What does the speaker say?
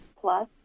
plus